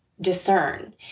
discern